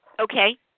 Okay